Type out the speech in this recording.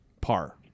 par